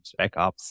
backups